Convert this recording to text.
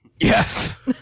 yes